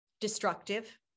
destructive